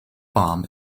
bomb